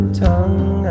tongue